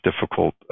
difficult